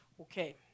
okay